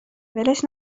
ولش